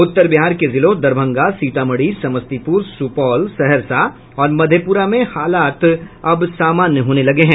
उत्तर बिहार के जिलों दरभंगा सीतामढ़ी समस्तीपुर सुपौल सहरसा और मधेपुरा में हालात अब सामान्य होने लगे हैं